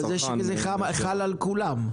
וזה שזה חל על כולם.